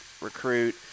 recruit